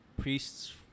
priests